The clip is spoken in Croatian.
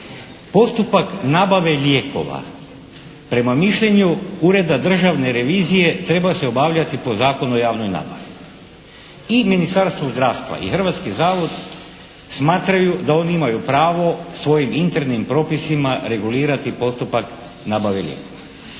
Postupak nabave lijekova prema mišljenju Ureda državne revizije treba se obavljati po Zakonu o javnoj nabavi. I Ministarstvo zdravstva i hrvatski zavod smatraju da oni imaju pravo svojim internim propisima regulirati postupak nabave lijekova.